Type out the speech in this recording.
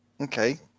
Okay